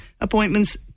appointments